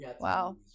Wow